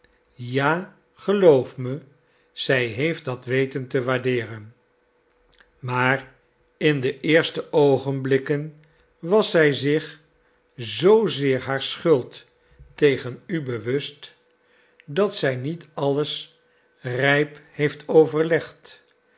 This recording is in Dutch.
ja geloof me zij heeft dat weten te waardeeren maar in de eerste oogenblikken was zij zich zoozeer haar schuld tegen u bewust dat zij niet alles rijp heeft overlegd